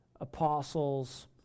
apostles